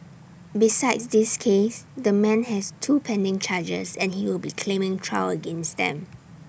besides this case the man has two pending charges and he will be claiming trial against them